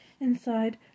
inside